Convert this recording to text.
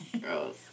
Gross